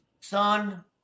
son